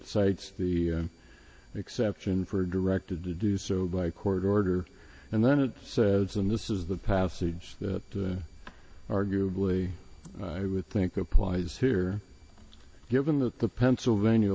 cites the exception for a directed to do so by court order and then it says and this is the passage that arguably i would think applies here given that the pennsylvania